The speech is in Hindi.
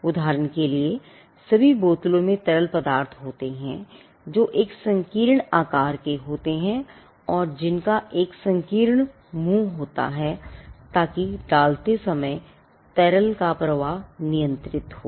उदाहरण के लिए सभी बोतलों में तरल पदार्थ होते हैं जो एक संकीर्ण आकार के होते हैं और जिनका एक संकीर्ण मुँह होता है ताकि डालते समय तरल का प्रवाह नियंत्रित हो